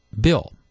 bill